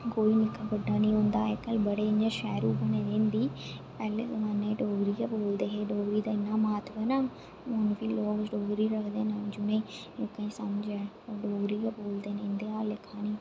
कोई निक्का बड्डा नेईं होंदा अजकल बड़े इयां शहरु बने दे हिंदी पैह्ले जमाने च डोगरी गै बोलदे हे डोगरी दा इन्ना म्हत्तव है ना हून बी लोक डोगरी रखदे ना जि'नें लोकें गी समझ ऐ डोगरी गै बोलदे ना इं'दे आह्ला लेखा नेईं